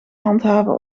handhaven